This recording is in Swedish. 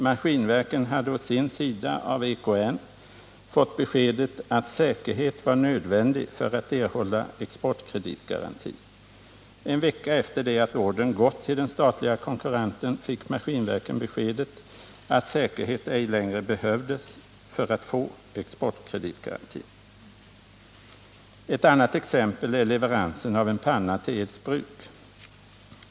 Maskinverken hade å sin sida av ekonomiministern fått beskedet att säkerhet var nödvändig för att erhålla exportkreditgaranti. En vecka efter det att ordern gått till den statliga konkurrenten fick Maskinverken beskedet att säkerhet ej längre behövdes för att få exportkreditgarantin. Ett annat exempel är leveransen av en panna till Eds bruk.